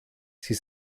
sie